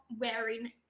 wearing